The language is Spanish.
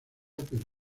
pero